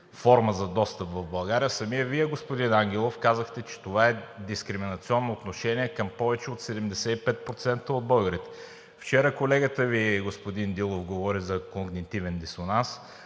форма за достъп в България, самият Вие, господин Ангелов, казахте, че това е дискриминационно отношение към повече от 75% от българите. Вчера колегата Ви – господин Дилов, говори за когнитивен дисонанс.